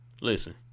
Listen